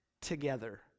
together